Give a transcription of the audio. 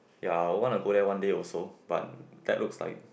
ya I want to go there one day also but that looks like